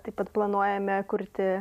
taip pat planuojame kurti